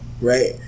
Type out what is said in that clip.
right